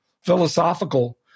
philosophical